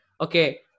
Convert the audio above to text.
Okay